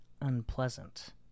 unpleasant